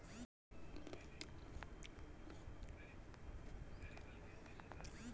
Google pay মাধ্যমে ফোনের postpaid bill কি পেমেন্ট করা যায়?